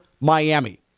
Miami